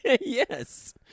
Yes